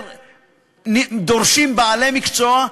דורשים יותר בעלי מקצוע,